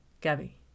Gabby